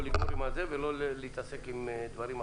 את הכסף הזה ולא להתעסק עם דברים אחרים.